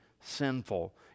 sinful